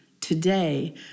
today